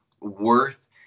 worth